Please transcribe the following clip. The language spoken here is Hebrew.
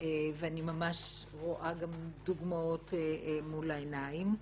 ואני ממש רואה דוגמאות מול העיניים.